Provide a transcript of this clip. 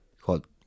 called